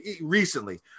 recently